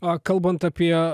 o kalbant apie